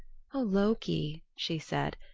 o loki, she said,